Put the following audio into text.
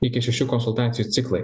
iki šešių konsultacijų ciklai